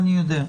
אני יודע.